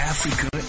Africa